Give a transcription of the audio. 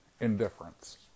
indifference